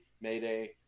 Mayday